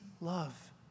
love